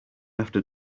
after